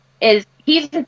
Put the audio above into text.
is—he's